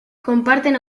comparten